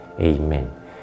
Amen